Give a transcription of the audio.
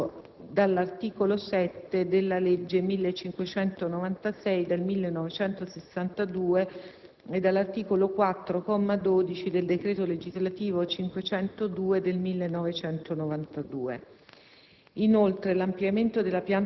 in conformità a quanto espresso dall'articolo 7 della legge n. 1596 del 1962 e dall'articolo 4, comma 12, del decreto legislativo n. 502 del 1992.